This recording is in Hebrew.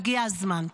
הגיע הזמן.